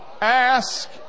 Ask